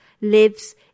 lives